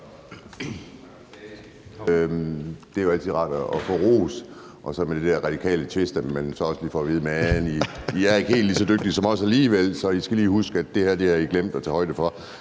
Det er jo altid rart at få ros og så med den der radikale tvist, at vi så også lige får at vide: I er ikke helt lige så dygtige som os alligevel, så I skal lige huske, at det her har I glemt at tage højde for.